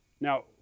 Now